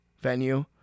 venue